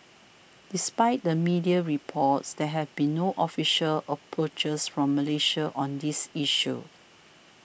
despite the media reports there have been no official approaches from Malaysia on this issue